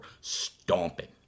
stomping